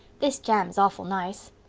this jam is awful nice.